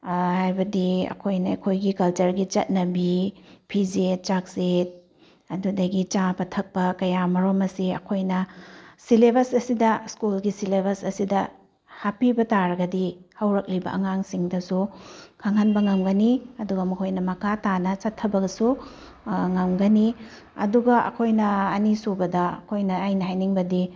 ꯍꯥꯏꯕꯗꯤ ꯑꯩꯈꯣꯏꯅ ꯑꯩꯈꯣꯏꯒꯤ ꯀꯜꯆꯔꯒꯤ ꯆꯠꯅꯕꯤ ꯐꯤꯖꯦꯠ ꯆꯥꯛꯆꯦꯠ ꯑꯗꯨꯗꯒꯤ ꯆꯥꯕ ꯊꯛꯄ ꯀꯌꯥꯃꯔꯨꯝ ꯑꯁꯤ ꯑꯩꯈꯣꯏꯅ ꯁꯤꯂꯦꯕꯁ ꯑꯁꯤꯗ ꯁ꯭ꯀꯨꯜꯒꯤ ꯁꯤꯂꯦꯕꯁ ꯑꯁꯤꯗ ꯍꯥꯞꯄꯤꯕ ꯇꯔꯒꯗꯤ ꯍꯧꯔꯛꯂꯤꯕ ꯑꯉꯥꯡꯁꯤꯡꯗꯁꯨ ꯈꯪꯍꯟꯕ ꯉꯝꯒꯅꯤ ꯑꯗꯨꯒ ꯃꯈꯣꯏꯅ ꯃꯈꯥ ꯇꯥꯅ ꯆꯠꯊꯕꯁꯨ ꯉꯝꯒꯅꯤ ꯑꯗꯨꯒ ꯑꯩꯈꯣꯏꯅ ꯑꯅꯤ ꯁꯨꯕꯗ ꯑꯩꯈꯣꯏꯅ ꯑꯩꯅ ꯍꯥꯏꯅꯤꯡꯕꯗꯤ